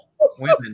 Women